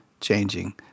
changing